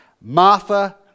Martha